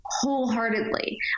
wholeheartedly